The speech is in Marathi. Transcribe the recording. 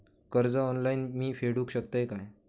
कर्ज ऑनलाइन मी फेडूक शकतय काय?